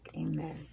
amen